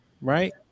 right